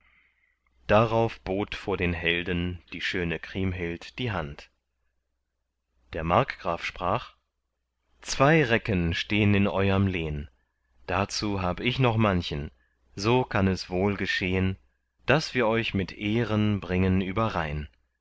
darauf bot vor den helden die schöne kriemhild die hand der markgraf sprach zwei recken stehen in euerm lehn dazu hab ich noch manchen so kann es wohl geschehn daß wir euch mit ehren bringen überrhein